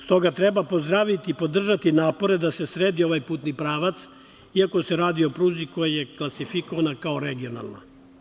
S toga, treba pozdraviti i podržati napore da se sredi ovaj putni pravac, iako se radi o pruzi koja je klasifikovana kao regionalna.